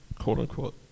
quote-unquote